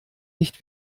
nicht